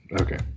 okay